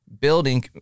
building